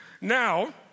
Now